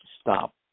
stop